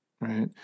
right